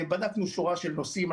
בדקנו שורה של נושאים.